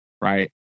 right